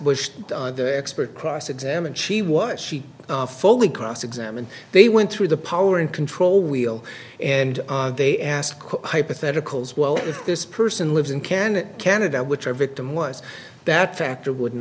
bush the expert cross examined she what she fully cross examined they went through the power and control wheel and they asked hypotheticals well if this person lives in canada canada which our victim was that factor wouldn't